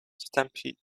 stampede